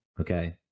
okay